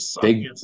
Big